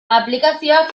aplikazioak